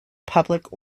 public